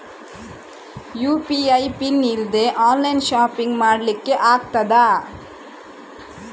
UPI PIN ಇಲ್ದೆ online shopping ಮಾಡ್ಲಿಕ್ಕೆ ಆಗ್ತದಾ?